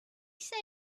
say